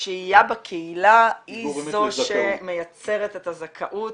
השהייה בקהילה היא זו שמייצרת את הזכאות